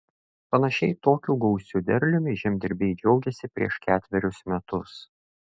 panašiai tokiu gausiu derliumi žemdirbiai džiaugėsi prieš ketverius metus